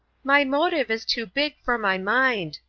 my motive is too big for my mind,